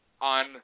on